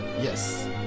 Yes